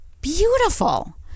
beautiful